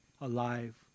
alive